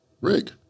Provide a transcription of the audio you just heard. rig